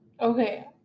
Okay